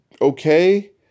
okay